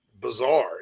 bizarre